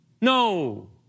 No